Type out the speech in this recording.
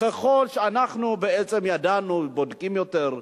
ככל שאנחנו בעצם ידענו, בודקים יותר,